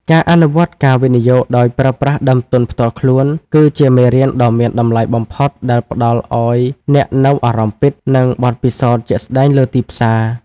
ការអនុវត្តការវិនិយោគដោយប្រើប្រាស់ដើមទុនផ្ទាល់ខ្លួន គឺជាមេរៀនដ៏មានតម្លៃបំផុតដែលផ្ដល់ឱ្យអ្នកនូវអារម្មណ៍ពិត និងបទពិសោធន៍ជាក់ស្ដែងលើទីផ្សារ។